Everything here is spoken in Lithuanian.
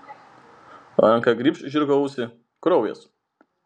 ranka grybšt žirgo ausį kraujas